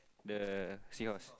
the seahorse